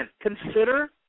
consider